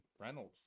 Reynolds